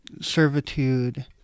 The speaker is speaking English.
servitude